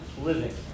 living